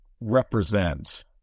represent